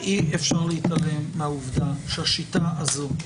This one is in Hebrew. אי-אפשר להתעלם מהעובדה שהשיטה הזו,